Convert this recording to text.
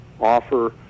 offer